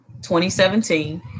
2017